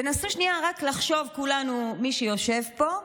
תנסו שנייה רק לחשוב, כולנו, מי שיושב פה: